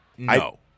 No